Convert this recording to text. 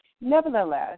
Nevertheless